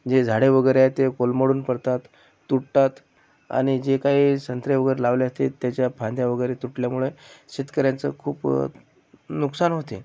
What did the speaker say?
जे झाडे वगैरे आहेत ते कोलमडून पडतात तुटतात आणि जे काही संत्र्या वगैरे लावल्या असतील त्याच्या फांद्या वगैरे तुटल्यामुळे शेतकऱ्यांचं खूप नुकसान होते